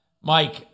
Mike